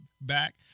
back